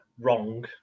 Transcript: wrong